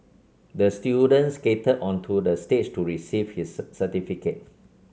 the student skated onto the stage to receive his certificate